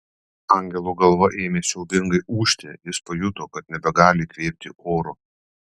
angelo galva ėmė siaubingai ūžti jis pajuto kad nebegali įkvėpti oro